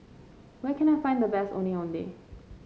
where can I find the best Ondeh Ondeh